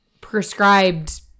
prescribed